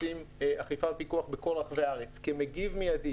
עושים אכיפה ופיקוח בכל רחבי הארץ וכמגיב מידי,